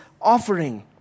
offering